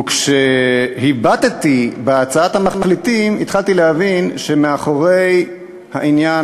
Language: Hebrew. וכשהבטתי בהצעת המחליטים התחלתי להבין שמאחורי העניין